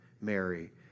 Mary